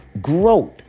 growth